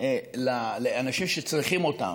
לאנשים שצריכים אותם.